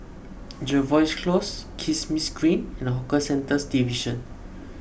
Jervois Close Kismis Green and Hawker Centres Division